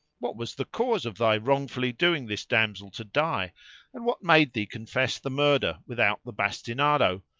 what was the cause of thy wrongfully doing this damsel to die and what made thee confess the murder without the bastinado,